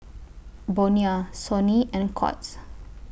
Bonia Sony and Courts